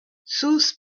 south